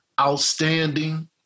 outstanding